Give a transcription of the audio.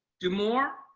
do more?